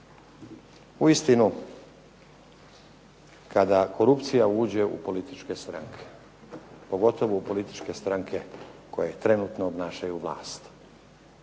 Uistinu kada korupcija uđe u političke stranke, pogotovo u političke stranke koje trenutno obnašaju vlast,